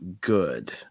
good